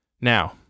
Now